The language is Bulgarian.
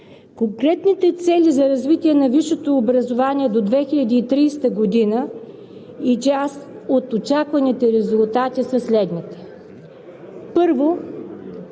Конкретните цели за развитие на висшето образование до 2030 г. и част от очакваните резултати са следните: 1.